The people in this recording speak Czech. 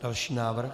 Další návrh.